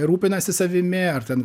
rūpinasi savimi ar ten